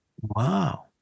Wow